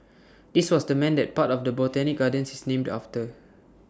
this was the man that part of the Botanic gardens is named after